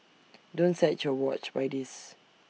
don't set your watch by this